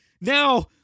Now